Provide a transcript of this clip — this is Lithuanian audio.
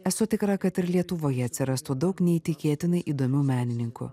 esu tikra kad ir lietuvoje atsirastų daug neįtikėtinai įdomių menininkų